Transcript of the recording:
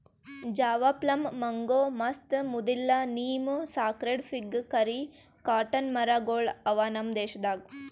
Java plum, mango, mast, ಮುದಿಲ್ಲ, neem, sacred fig, curry, cotton ಮರ ಗೊಳ್ ಅವಾ ನಮ್ ದೇಶದಾಗ್